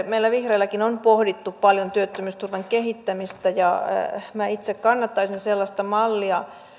meillä vihreilläkin on pohdittu paljon työttömyysturvan kehittämistä ja itse kannattaisin sellaista mallia